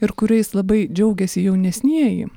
ir kuriais labai džiaugiasi jaunesnieji